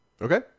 Okay